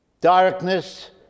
darkness